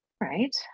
right